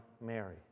Mary